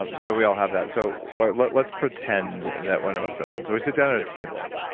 um so we all have that. so let's let's pretend that one of us doesn't. so we sit down at a table,